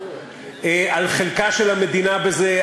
על חלקה של המדינה בזה,